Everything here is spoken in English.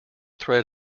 thread